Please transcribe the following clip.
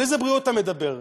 על איזו בריאות אתה מדבר?